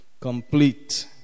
complete